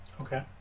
Okay